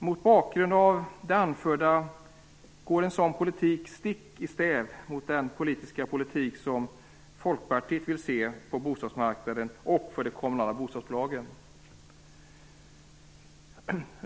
Mot bakgrund av det anförda anser vi att en sådan politik går stick i stäv mot den politik som Folkpartiet vill se på bostadsmarknaden och för de kommunala bostadsbolagen.